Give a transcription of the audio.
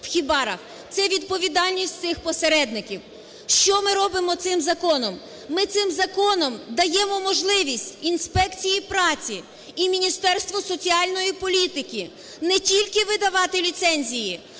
Це відповідальність цих посередників. Що ми робимо цим законом? Ми цим законом даємо можливість інспекції праці і Міністерству соціальної політики не тільки видавати ліцензії,